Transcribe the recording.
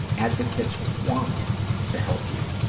advocates want to help you,